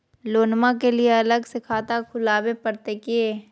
लोनमा के लिए अलग से खाता खुवाबे प्रतय की?